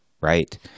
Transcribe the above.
right